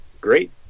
Great